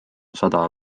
sada